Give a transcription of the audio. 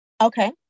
Okay